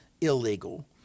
illegal